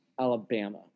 alabama